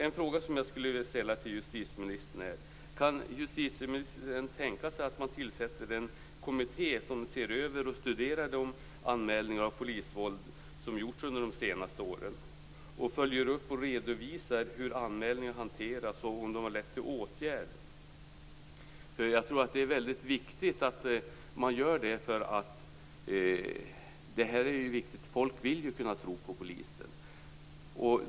En fråga som jag skulle vilja ställa till justitieministern är följande: Kan justitieministern tänka sig att man tillsätter en kommitté som ser över och studerar de anmälningar om polisvåld som gjorts under de senaste åren och följer upp och redovisar hur anmälningarna hanterats och om de har lett till åtgärd? Jag tror att det är väldigt viktigt att man gör det. Folk vill kunna tro på polisen.